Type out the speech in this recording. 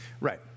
Right